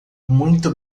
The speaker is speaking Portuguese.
muito